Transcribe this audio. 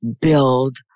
build